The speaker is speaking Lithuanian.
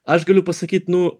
aš galiu pasakyt nu